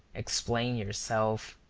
explain yourself.